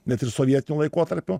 net ir sovietiniu laikotarpiu